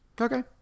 Okay